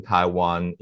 Taiwan